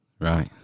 Right